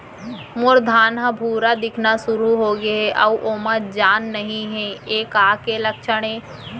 मोर धान ह भूरा दिखना शुरू होगे हे अऊ ओमा जान नही हे ये का के लक्षण ये?